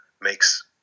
makes